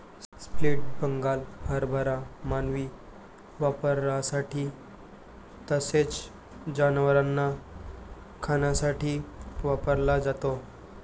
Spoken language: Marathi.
स्प्लिट बंगाल हरभरा मानवी वापरासाठी तसेच जनावरांना खाण्यासाठी वापरला जातो